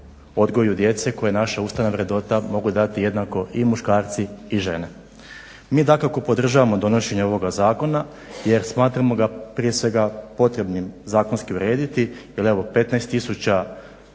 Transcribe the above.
odgoju djece koja je naša ustavna vrednota mogu dati jednako i muškarci i žene. Mi dakako podržavamo donošenje ovoga zakona jer smatramo ga prije svega potrebnim zakonski urediti, jer evo 15 tisuća